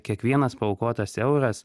kiekvienas paaukotas euras